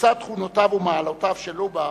לצד תכונותיו ומעלותיו של לובה,